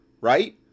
right